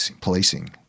policing